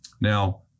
Now